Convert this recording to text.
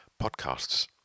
podcasts